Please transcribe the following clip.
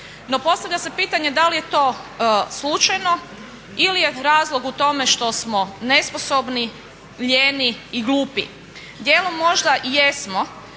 No, postavlja se pitanje da li je to slučajno ili je razlog u tome što smo nesposobni, lijeni i glupi. Dijelom možda i jesmo,